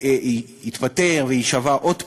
יתפטר ויישבע עוד פעם?